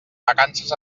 vacances